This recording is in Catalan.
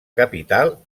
capital